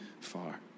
far